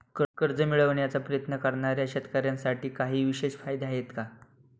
कर्ज मिळवण्याचा प्रयत्न करणाऱ्या शेतकऱ्यांसाठी काही विशेष फायदे आहेत का?